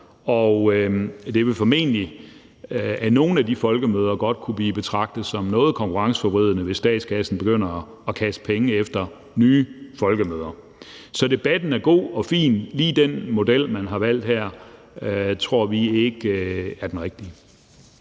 Det vil formentlig også af nogle af disse folkemøder godt kunne blive betragtet som en smule konkurrenceforvridende, hvis statskassen begynder at kaste penge efter nye folkemøder. Så debatten er god og fin, men lige den model, man har valgt her, tror vi ikke er den rigtige.